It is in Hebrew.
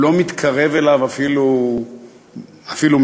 הוא לא מתקרב אליו אפילו מרחוק.